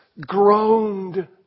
groaned